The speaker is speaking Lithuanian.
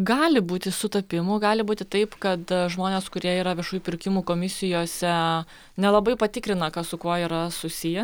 gali būti sutapimų gali būti taip kad žmonės kurie yra viešųjų pirkimų komisijose nelabai patikrina kas su kuo yra susiję